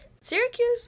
syracuse